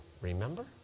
remember